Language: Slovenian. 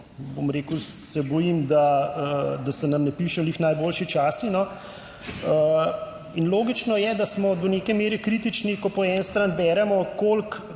bom rekel, se bojim, da se nam ne piše glih najboljši časi. In logično je, da smo do neke mere kritični, ko po eni strani beremo